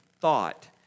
thought